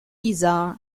caesar